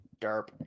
derp